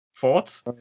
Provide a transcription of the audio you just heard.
Thoughts